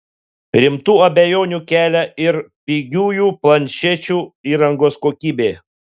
rimtų abejonių kelia ir pigiųjų planšečių įrangos kokybė